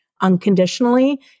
unconditionally